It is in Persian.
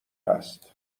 هست